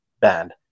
band